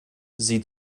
sie